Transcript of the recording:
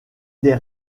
des